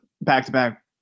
back-to-back